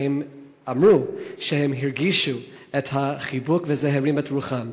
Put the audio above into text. והם אמרו שהם הרגישו את החיבוק וזה הרים את רוחם.